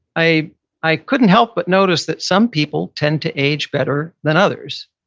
i i couldn't help but notice that some people tend to age better than others.